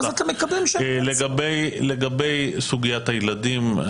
לגבי סוגיית הילדים,